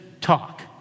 talk